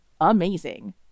amazing